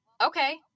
okay